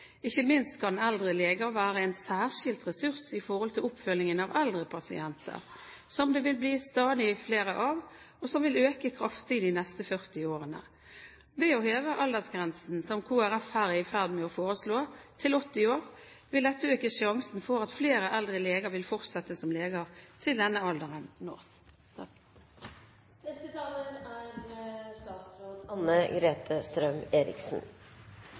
Ikke minst kan eldre leger være en særskilt ressurs i oppfølgingen av eldre pasienter, som det vil bli stadig flere av, og som vil øke kraftig de neste 40 årene. Ved å heve aldersgrensen til 80 år, som Kristelig Folkeparti her er i ferd med å foreslå, vil dette øke sjansen for at flere eldre leger vil fortsette som leger til denne alderen nås.